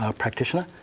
ah practitioner,